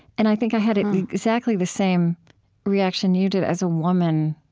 and i think i had exactly the same reaction you did, as a woman.